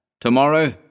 Tomorrow